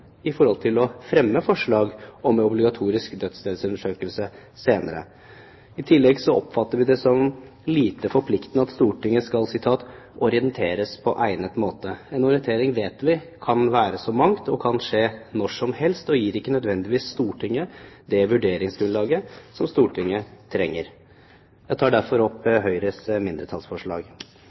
å fremme forslag om obligatorisk dødsstedsundersøkelse senere. I tillegg oppfatter vi det som lite forpliktende at Stortinget skal «orienteres i egnet form». En orientering vet vi kan være så mangt, den kan skje når som helst og gir ikke nødvendigvis Stortinget det vurderingsgrunnlaget som Stortinget trenger. Jeg tar derfor opp Høyres mindretallsforslag.